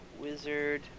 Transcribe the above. wizard